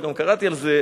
וגם קראתי על זה,